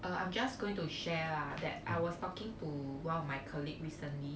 uh I'm just going to share lah that I was talking to my colleague recently